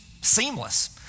seamless